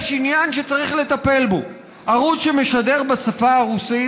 יש עניין שצריך לטפל בו: ערוץ שמשדר בשפה הרוסית,